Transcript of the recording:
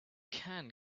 can